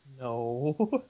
No